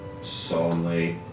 solemnly